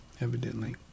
evidently